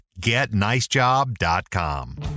GetNiceJob.com